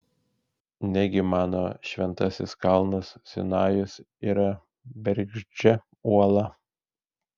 negi mano šventasis kalnas sinajus yra bergždžia uola